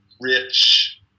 rich